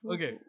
Okay